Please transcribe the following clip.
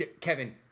Kevin